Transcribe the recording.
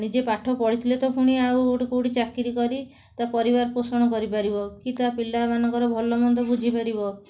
ନିଜେ ପାଠ ପଢ଼ିଥିଲେ ତ ପୁଣି ଆଉ ଗୋଟେ କେଉଁଠି ଚାକିରି କରି ତା ପରିବାର ପୋଷଣ କରିପାରିବ କି ତା ପିଲାମାନଙ୍କର ଭଲମନ୍ଦ ବୁଝିପାରିବ